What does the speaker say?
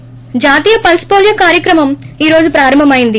ి స్ట్రాతీయ pulse polio కార్యక్రమం ఈ రోజు ప్రారంభమైంది